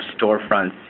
storefronts